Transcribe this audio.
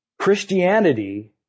Christianity